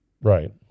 right